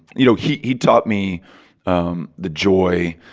you know, he he taught me um the joy